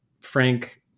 Frank